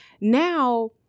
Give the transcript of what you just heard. now